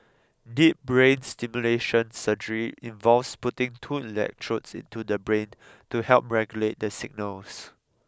deep brain stimulation surgery involves putting two electrodes into the brain to help regulate the signals